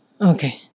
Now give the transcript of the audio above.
Okay